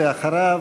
ואחריו,